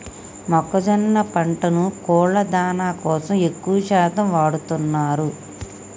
మొక్కజొన్న పంటను కోళ్ళ దానా కోసం ఎక్కువ శాతం వాడుతున్నారు